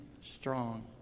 strong